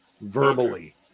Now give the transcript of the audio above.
verbally